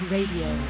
Radio